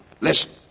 Listen